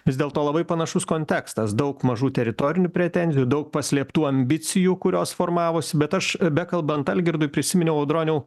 vis dėlto labai panašus kontekstas daug mažų teritorinių pretenzijų daug paslėptų ambicijų kurios formavosi bet aš bekalbant algirdui prisiminiau audroniui